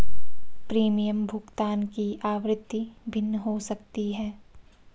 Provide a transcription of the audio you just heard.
premium भुगतान की आवृत्ति भिन्न हो सकती है